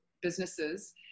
businesses